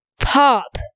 pop